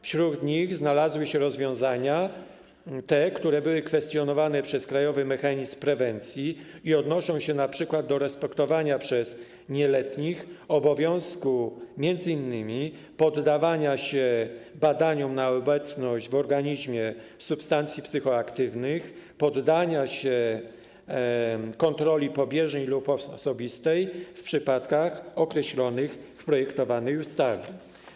Wśród nich znalazły się rozwiązania, które były kwestionowane przez Krajowy Mechanizm Prewencji i odnoszą się np. do respektowania przez nieletnich obowiązku m.in. poddania się badaniom na obecność w organizmie substancji psychoaktywnych, poddania się kontroli pobieżnej lub osobistej w przypadkach określonych w projektowanej ustawie.